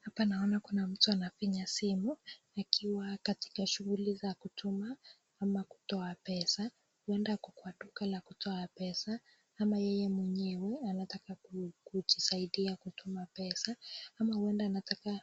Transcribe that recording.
Hapa naona kuna mtu anafinya simu akiwa katika shughuli za kutuma ama kutoa pesa, huenda ako kwa duka la kutoa pesa ama yeye mwenyewe anataka kujisaidia kutuma pesa ama huenda anataka